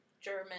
German